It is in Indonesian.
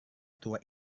tua